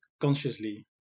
consciously